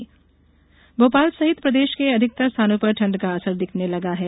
मौसम भोपाल सहित प्रदेश के अधिकतर स्थानों पर ठंड का असर दिखने लगा है